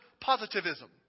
positivism